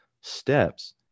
steps